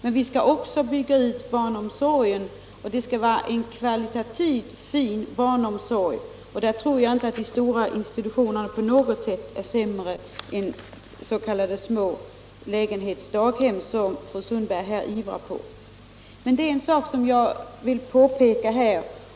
Men vi skall också bygga ut barnomsorgen, och det skall vara en kvalitativt god och fin barnomsorg. Jag tror inte att de stora institutionerna på något sätt är sämre än små s.k. lägenhetsdaghem, som fru Sundberg ivrar för. En sak vill jag påpeka här.